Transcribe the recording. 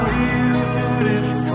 beautiful